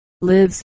lives